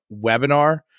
webinar